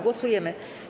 Głosujemy.